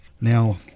Now